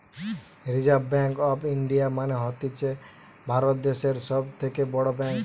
reserve Bank of India মানে হতিছে ভারত দ্যাশের সব থেকে বড় ব্যাঙ্ক